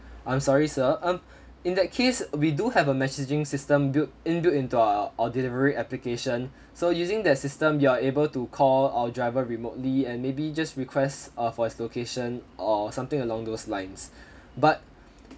I'm sorry sir um in that case we do have a messaging system built in built into our our delivery application so using that system you are able to call our driver remotely and maybe just request uh for his location or something along those lines but